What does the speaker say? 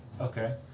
Okay